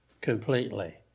completely